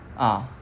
ah